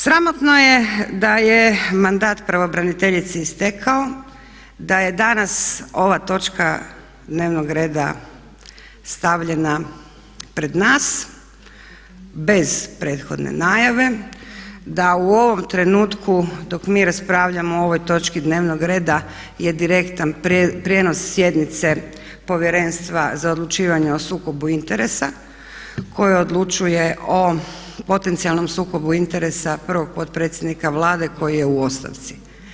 Sramotno je da je mandat pravobraniteljici istekao, da je danas ova točka dnevnog reda stavljena pred nas bez prethodne najave, da u ovom trenutku dok mi raspravljamo o ovoj točki dnevnog reda je direktan prinos sjednice Povjerenstva za odlučivanje o sukobu interesa koje odlučuje o potencijalnom sukobu interesa prvog potpredsjednika Vlade koji je u ostavci.